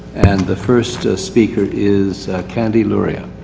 and the first speaker is candy lauria.